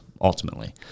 ultimately